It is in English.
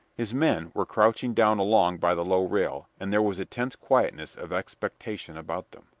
his men were crouching down along by the low rail, and there was a tense quietness of expectation about them.